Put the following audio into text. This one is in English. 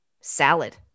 salad